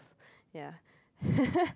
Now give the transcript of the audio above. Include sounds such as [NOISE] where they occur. yeah [LAUGHS]